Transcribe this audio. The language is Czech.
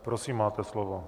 Prosím, máte slovo.